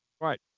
Right